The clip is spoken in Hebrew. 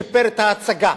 שיפר את ההצגה,